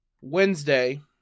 Wednesday